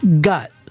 gut